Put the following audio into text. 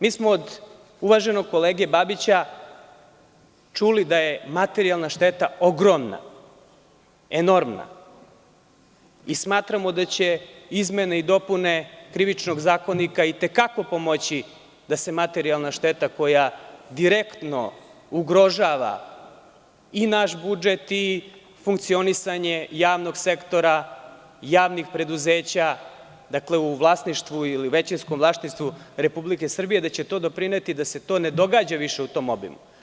Mi smo od uvaženog kolege Babića čuli da je materijalna šteta ogromna, enormna i smatramo da će izmene i dopune Krivičnog zakonika i te kako pomoći da se materijalna šteta koja direktno ugrožava i naš budžet i funkcionisanje javnog sektora, javnih preduzeća, dakle, u vlasništvu ili u većinskom vlasništvu Republike Srbije, da će to doprineti da se to više ne događa u tom obimu.